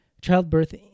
childbirth